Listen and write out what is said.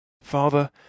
Father